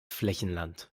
flächenland